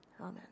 Amen